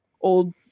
old